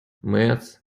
meth